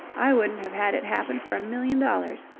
i wouldn't have had it happen for a million dollars.